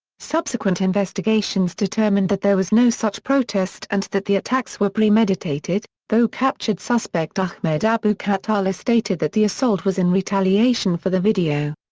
subsequent investigations determined that there was no such protest and that the attacks were premeditated, though captured suspect ahmed abu khattala stated that the assault was in retaliation for the video.